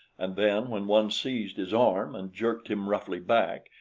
and then when one seized his arm and jerked him roughly back,